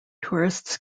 tourists